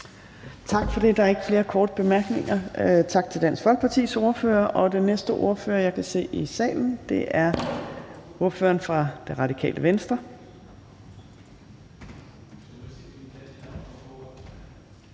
Tak for det. Der er ikke flere korte bemærkninger. Tak til Dansk Folkepartis ordfører. Den næste ordfører, jeg kan se i salen, er ordføreren for Radikale Venstre,